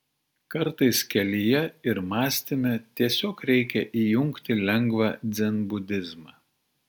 kartais kelyje ir mąstyme tiesiog reikia įjungti lengvą dzenbudizmą